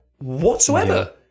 Whatsoever